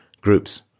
groups